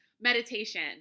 meditation